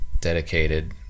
dedicated